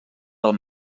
del